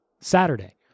Saturday